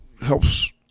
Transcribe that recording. helps